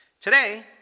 today